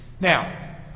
Now